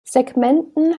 segmenten